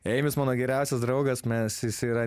eimis mano geriausias draugas mes jis yra